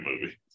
movie